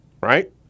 right